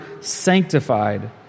sanctified